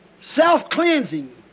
Self-cleansing